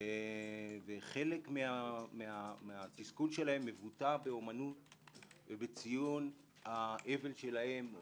חלק מהתסכול שלהם מבוטא באומנות ובציון האבל שלהם,